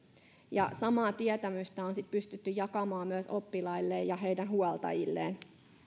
ja samaa tietämystä on sitten pystytty jakamaan myös oppilaille ja heidän huoltajilleen